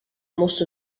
most